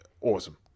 awesome